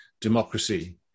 democracy